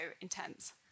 intense